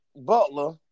Butler